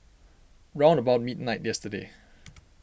round about midnight yesterday